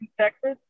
Texas